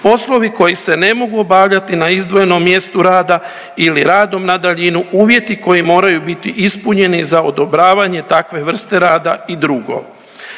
poslovi koji se ne mogu obavljati na izdvojenom mjestu rada ili radom na daljinu, uvjeti koji moraju biti ispunjeni za odobravanje takve vrste rada i drugo.